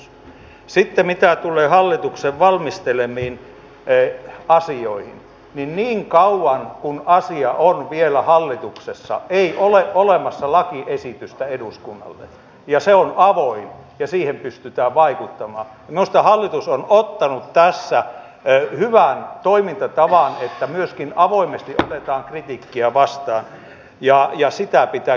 siinä oli monia raportteja se sisälsi selontekoa varten kootun aineiston siinä oli paljon asiaa ja oli tosi harmillista että meillä oli tuo edellinen kausi niin kiireinen ja se päättyi siihen että eduskunta ei ehtinyt tätä kotouttamisraporttia käsitellä täällä eduskunnassa ja keskustella siitä